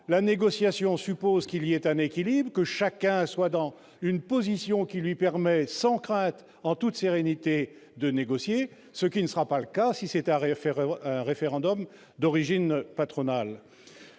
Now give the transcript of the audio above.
La négociation suppose qu'il y ait un équilibre, que chacun soit dans une position qui lui permet, sans crainte et en toute sérénité, de négocier. Or cela ne sera pas le cas si le référendum est d'origine patronale.